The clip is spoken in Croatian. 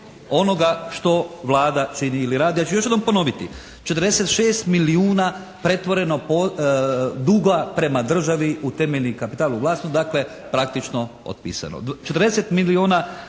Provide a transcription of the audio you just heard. onoga što Vlada čini ili radi. Ja ću još jednom ponoviti 46 milijuna pretvoreno duga prema državi u temeljni kapital u vlasništvu dakle praktično otpisano. 40 milijuna